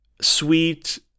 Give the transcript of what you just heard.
sweet